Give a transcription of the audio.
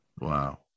Wow